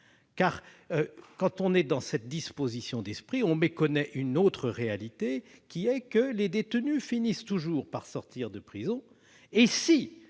Quand on est dans cette disposition d'esprit, on méconnaît une autre réalité : les détenus finissent toujours par sortir de prison.